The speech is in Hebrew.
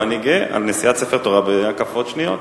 ואני גאה על נשיאת ספר תורה בהקפות שניות.